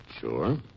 Sure